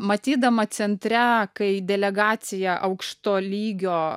matydama centre kai delegaciją aukšto lygio